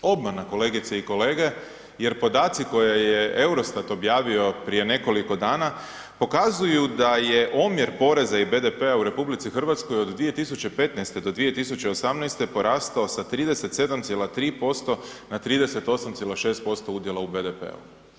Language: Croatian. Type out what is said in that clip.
Obmana kolegice i kolege jer podaci koje je Eurostat objavio prije nekoliko dana pokazuju da je omjer poreza i BDP-a u RH od 2015. do 2018. porastao sa 37,3% na 38,6% udjela u BDP-u.